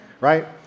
right